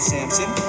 Samson